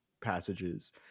passages